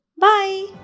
Bye